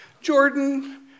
Jordan